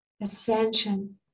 Ascension